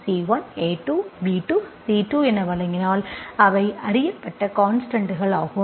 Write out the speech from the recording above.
C1a2b2C2 என வழங்கினால் அவை அறியப்பட்ட கான்ஸ்டன்ட்கள் ஆகும்